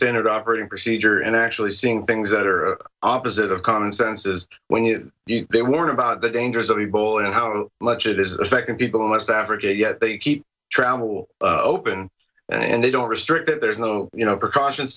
standard operating procedure and actually seeing things that are opposite of commonsense is when you they warn about the dangers of ebola and how much it is affecting people west africa yet they keep travel open and they don't restrict there's no you know precautions